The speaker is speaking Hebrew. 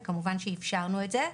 כמובן שאפשרנו את זה.